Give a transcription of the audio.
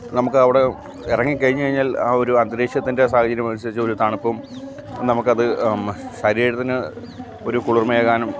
നമുക്ക് അവിടെ ഇറങ്ങിക്കഴിഞ്ഞു കഴിഞ്ഞാൽ ആ ഒരു അന്തരീക്ഷത്തിൻ്റെ സാഹചര്യമനുസരിച്ച് ഒരു തണുപ്പും നമുക്ക് അത് ശരീരത്തിന് ഒരു കുളിർമ്മയേകാനും